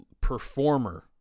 performer